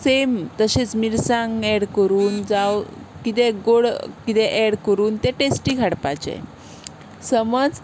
same तशीच मिरसांग add करून जावं कितें गोड कितें एड करून तें टेस्टीक हाडपाचें समज